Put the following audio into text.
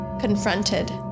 confronted